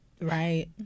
Right